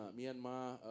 Myanmar